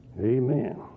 Amen